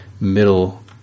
middle